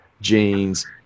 jeans